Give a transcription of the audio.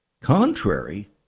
Contrary